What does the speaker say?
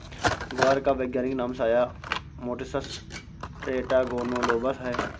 ग्वार का वैज्ञानिक नाम साया मोटिसस टेट्रागोनोलोबस है